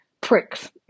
pricks